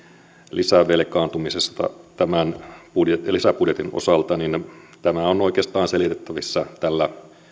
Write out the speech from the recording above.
lisävelkaantumisesta tämän lisäbudjetin osalta tämä on oikeastaan selitettävissä